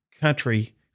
country